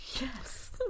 yes